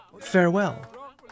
farewell